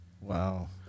Wow